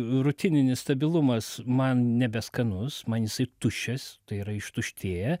rutininis stabilumas man nebeskanus man jisai tuščias tai yra ištuštėja